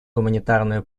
гуманитарную